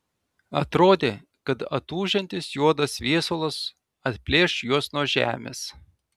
atrodė kad atūžiantis juodas viesulas atplėš juos nuo žemės